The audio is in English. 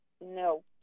No